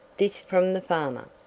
this from the farmer.